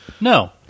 No